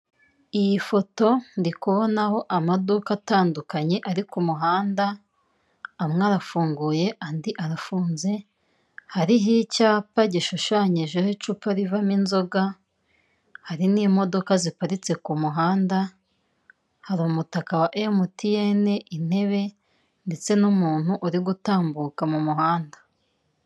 Iyi foto ndi kubonaho amaduka atandukanye ari ku muhanda, amwe arafunguye, andi arafunze, hariho icyapa gishushanyijeho icupa rivamo inzoga, hari n'imodoka ziparitse ku muhanda, hari umutaka wa MTN, intebe ndetse n'umuntu uri gutambuka mu muhanda.